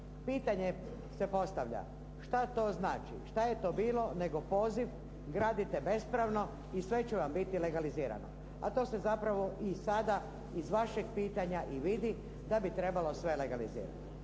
Pitanje se postavlja, šta to znači? Šta je to bilo nego poziv gradite bespravno i sve će vam biti legalizirano. A to se zapravo i sada iz vašeg pitanja i vidi, da bi trebalo sve legalizirati.